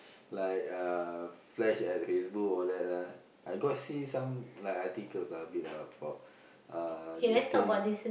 like uh flash at Facebook all that ah I got see some like articles a bit ah about uh this thing